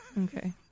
Okay